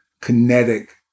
kinetic